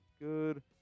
good